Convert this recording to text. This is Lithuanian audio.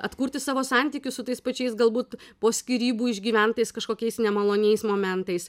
atkurti savo santykius su tais pačiais galbūt po skyrybų išgyventais kažkokiais nemaloniais momentais